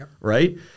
right